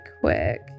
quick